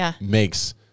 makes